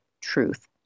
truth